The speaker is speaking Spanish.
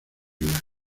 islas